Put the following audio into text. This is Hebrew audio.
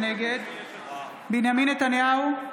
נגד בנימין נתניהו,